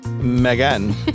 Megan